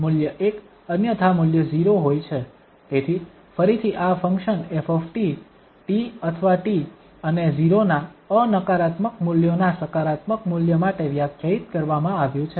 તેથી ફરીથી આ ફંક્શન 𝑓 t અથવા t અને 0 ના અનકારાત્મક મૂલ્યોના સકારાત્મક મૂલ્ય માટે વ્યાખ્યાયિત કરવામાં આવ્યું છે